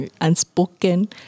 unspoken